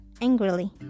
angrily